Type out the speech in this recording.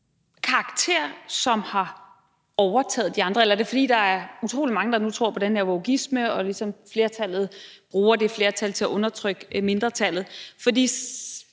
karakter, som har overtaget de andre, eller er det, fordi der er utrolig mange, der nu tror på den her wokeism, og flertallet bruger det flertal til at undertrykke mindretallet? Hvis